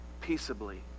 Peaceably